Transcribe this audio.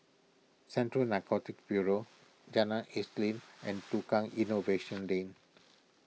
Central Narcotics Bureau Jalan Isnin and Tukang Innovation Lane